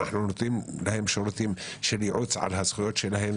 אנו נותנים להם שירותי ייעוץ משפטי על הזכויות שלהם.